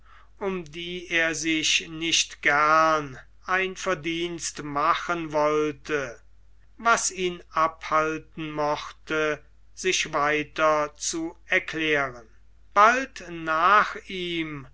um die er sich nicht gern ein verdienst machen wollte was ihn abhalten mochte sich weiter zu erklären bald nach ihm